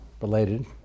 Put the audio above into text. related